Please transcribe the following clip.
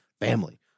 family